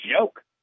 joke